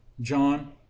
John